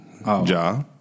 Ja